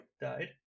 died